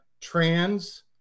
trans